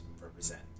represent